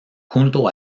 junto